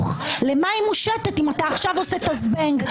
למה היא מושטת אם אתה עכשיו עושה את הזבנג,